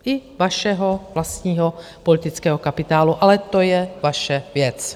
I vašeho vlastního politického kapitálu, ale to je vaše věc.